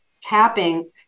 tapping